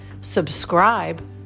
subscribe